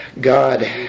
God